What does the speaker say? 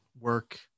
work